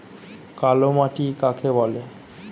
কালোমাটি কাকে বলে?